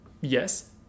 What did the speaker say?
Yes